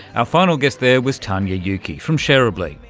ah final guest there was tania yuki from shareablee,